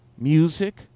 Music